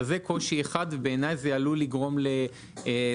זה קושי אחד ובעיני זה עלול לגרום לבעיות,